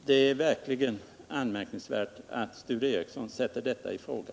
Det är verkligen anmärkningsvärt att Sture Ericson sätter detta i fråga.